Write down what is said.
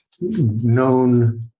known